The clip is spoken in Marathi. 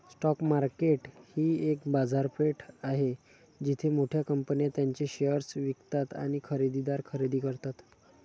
स्टॉक मार्केट ही एक बाजारपेठ आहे जिथे मोठ्या कंपन्या त्यांचे शेअर्स विकतात आणि खरेदीदार खरेदी करतात